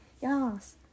Yes